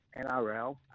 NRL